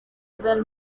del